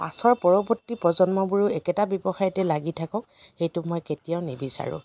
পাছৰ পৰৱৰ্তী প্ৰজন্মবোৰো একেটা ব্যৱসায়তে লাগি থাকক সেইটো মই কেতিয়াও নিবিচাৰোঁ